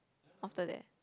after that